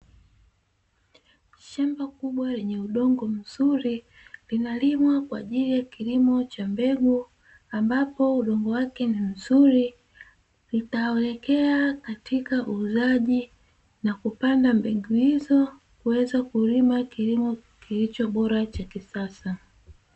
Shamba kubwa lenye udongo mzuri linalimwa kwa ajili ya kilimo cha mbegu ambapo udongo wake ni mzuri, utawekea katika ulaji na kupanda mbegu hizo kuweza kulima kilimo kilichobora cha kisasa.